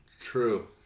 True